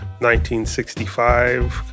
1965